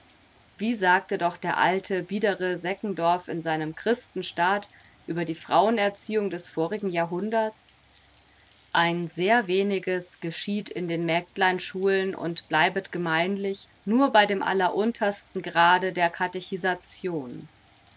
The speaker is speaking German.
wie sagte doch der alte biedere seckendorf in seinem christenstaat über die frauenerziehung des vorigen jahrhunderts ein sehr weniges geschieht in den mägdleinschulen und bleibet gemeinlich nur bei dem alleruntersten grade der